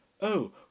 Oh